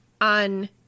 on